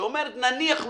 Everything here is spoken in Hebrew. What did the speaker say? שאומרת: נניח,